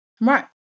Right